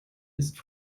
ist